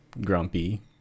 grumpy